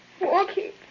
walking